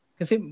kasi